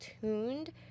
tuned